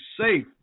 safe